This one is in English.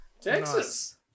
Texas